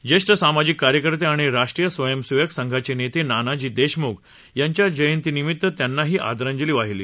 ज्येष्ठ सामाजिक कार्यकर्ते आणि राष्ट्रीय स्वयंसेवक संघाचे नेते नानाजी देशमुख यांच्या जयंतीनिमित्त त्यांनाही आदरांजली वाहिली